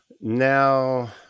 Now